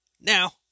now